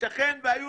ייתכן והיו